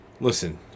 listen